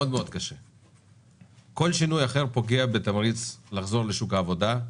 כל שינוי אחר פוגע בתמריץ לחזור לשוק העבודה.